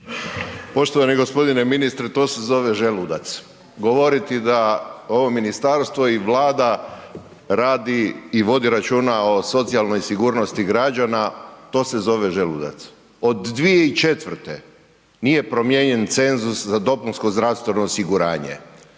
Poštovani gospodine ministre to se zove želudac. Govoriti da ovo ministarstvo i Vlada radi i vodi računa o socijalnoj sigurnosti građana, to se zove želudac. Od 2004. nije promijenjen cenzus za dopunsko zdravstveno osiguranje,